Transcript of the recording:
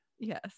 Yes